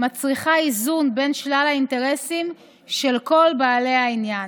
מצריכה איזון בין שלל האינטרסים של כל בעלי העניין.